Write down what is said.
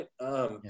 right